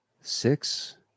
Six